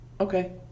okay